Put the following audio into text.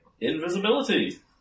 Invisibility